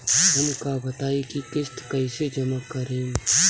हम का बताई की किस्त कईसे जमा करेम?